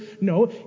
No